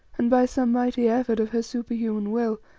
and by some mighty effort of her superhuman will,